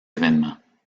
événements